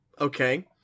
okay